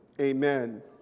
Amen